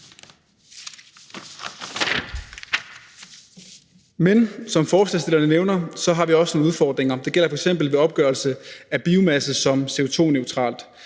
Men som forslagsstillerne nævner, har vi også nogle udfordringer. Det gælder f.eks. ved opgørelse af biomasse som CO2-neutralt.